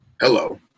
hello